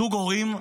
זוג הורים,